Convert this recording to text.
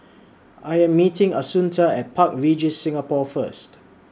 I Am meeting Assunta At Park Regis Singapore First